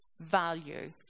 value